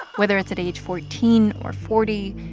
whether it's at age fourteen or forty,